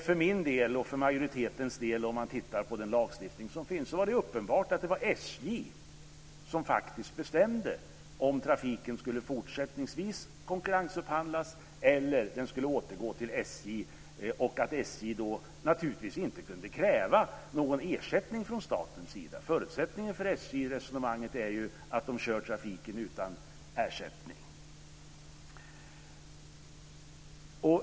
För min och majoritetens del är det, om man tittar på den lagstiftning som finns, uppenbart att det var SJ som faktiskt bestämde om trafiken fortsättningsvis skulle konkurrensupphandlas eller om den skulle återgå till SJ. Då kunde SJ naturligtvis inte kräva någon ersättning från statens sida. Förutsättningen för SJ i detta resonemang är ju att de kör trafiken utan ersättning.